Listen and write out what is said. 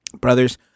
Brothers